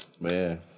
man